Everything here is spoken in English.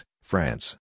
France